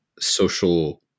social